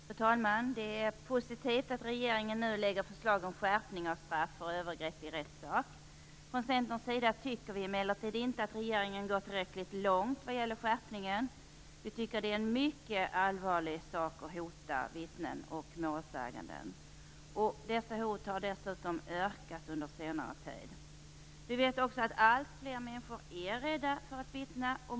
Fru talman! Det är positivt att regeringen nu lägger fram förslag om skärpning av straff för övergrepp i rättssak. Från Centerns sida tycker vi emellertid inte att regeringen får tillräckligt långt vad gäller skärpningen. Vi tycker att det är en mycket allvarlig sak att hota vittnen och målsäganden. Dessa hot har dessutom ökat under senare tid. Vi vet också att alltfler människor är rädda för att vittna.